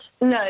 No